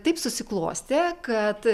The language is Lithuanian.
taip susiklostė kad